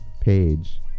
page